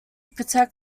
protect